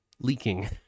leaking